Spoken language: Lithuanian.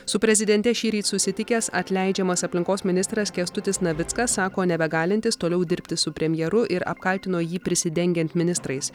su prezidente šįryt susitikęs atleidžiamas aplinkos ministras kęstutis navickas sako nebegalintis toliau dirbti su premjeru ir apkaltino jį prisidengiant ministrais